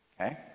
okay